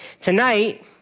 tonight